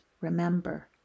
remember